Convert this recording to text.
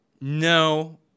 No